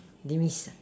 demise